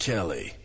Kelly